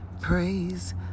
praise